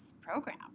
program